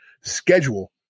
schedule